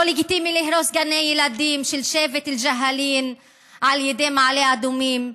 לא לגיטימי להרוס גני ילדים של שבט הג'הלין על ידי מעלה אדומים,